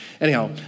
Anyhow